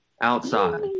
outside